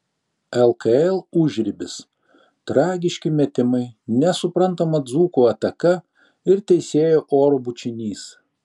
lkl užribis tragiški metimai nesuprantama dzūkų ataka ir teisėjo oro bučinys